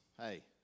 hey